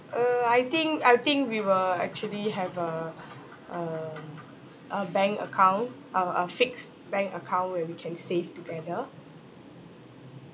uh I think I think we will actually have a a a bank account a a fixed bank account where we can save together